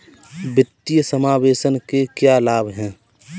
वित्तीय समावेशन के क्या लाभ हैं?